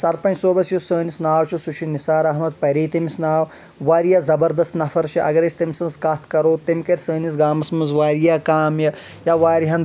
سرپنٛچ صوبَس یُس سٲنِس ناو چھُ سہُ چھُ نثار احمد پرے تٔمِس ناو واریاہ زَبردست نفر چھ اَگر أسۍ تٔمۍ سٕنٛز کَتھ کَرو تٔمۍ کٔرۍ سٲنِس گامَس منٛز واریاہ کامہِ یا واریاہَن